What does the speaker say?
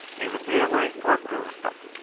in the fairway for cronstadt.